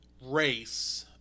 race